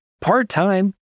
part-time